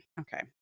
Okay